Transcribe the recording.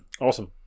awesome